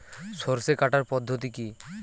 সরষে কাটার পদ্ধতি কি?